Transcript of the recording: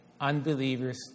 unbelievers